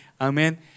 Amen